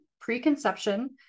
preconception